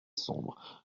sombre